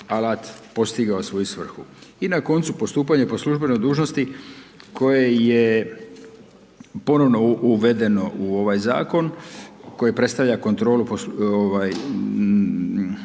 alat postigao svoju svrhu. I na koncu postupanje po službenoj dužnosti koje ponovno uvedeno u ovaj zakon, koje predstavlja kontrolu, veću zaštitu